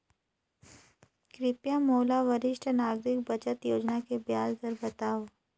कृपया मोला वरिष्ठ नागरिक बचत योजना के ब्याज दर बतावव